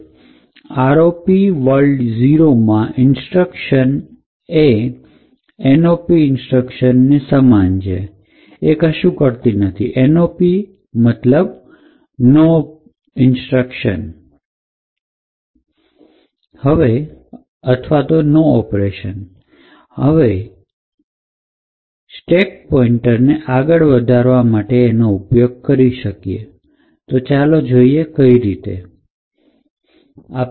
હવે ROP world ૦ માં instruction એ nop ઇન્સ્ટ્રક્શન ને સમાન છે એ કશું કરતી નથી પરંતુ સ્ટેક પોઇન્ટ અને આગળ વધારે છે તો ચાલો જોઈએ આ કઈ રીતે કાર્ય કરે છે